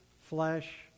flesh